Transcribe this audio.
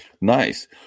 Nice